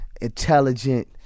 intelligent